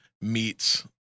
meets